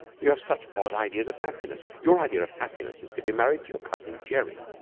you have such odd ideas of happiness. your idea of happiness is to be married to your cousin gerry,